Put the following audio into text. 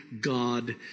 God